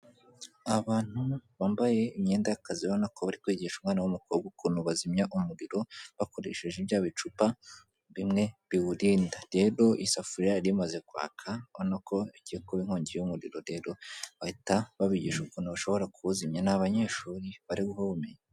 Abantu bambaye imyenda y'akazi ubona ko bari kwigisha umwana w'umukobwa ukuntu bazimya umuriro bakoresheje bya bicupa, bimwe biwurinda. Rero isafuriya yari imaze kwaka, ubona ko igiye kuba inkongi y'umuriro. Rero bahita babigisha ukuntu bashobora kuwuzimya. Ni abanyeshuri bari guha ubumeyi.